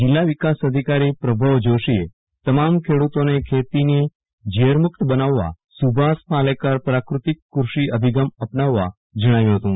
જિલ્લા વિકાસ અધિકારી પ્રભવ જોષીએતમામ ખેડુતોને ખેતીને ઝેરમુક્ત બનાવવા સુભાષ પાલેકર પ્રાફતિક ફૃષિ અભિગમ અપનાવવાજણાવ્યુ ફતું